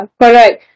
correct